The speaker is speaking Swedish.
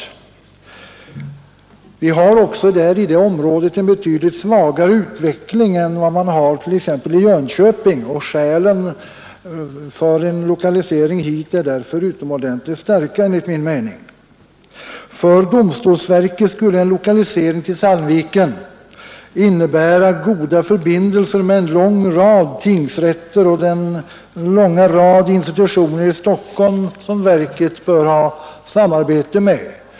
Vi har också i det området en betydligt svagare utveckling än man har t.ex. i Jönköping, och skälen för en lokalisering till Sandviken är därför utomordentligt starka enligt min mening. För domstolsverket skulle en lokalisering till Sandviken innebära goda förbindelser med en lång rad domstolar och det stora antal institutioner i Stockholm, som verket bör ha samarbete med.